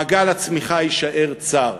מעגל הצמיחה יישאר צר.